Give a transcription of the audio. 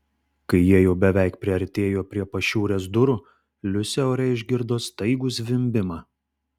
kai jie jau beveik priartėjo prie pašiūrės durų liusė ore išgirdo staigų zvimbimą